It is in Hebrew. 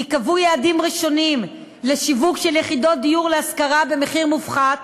ייקבעו יעדים ראשונים לשיווק של יחידות דיור להשכרה במחיר מופחת